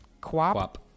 quap